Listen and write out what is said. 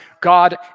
God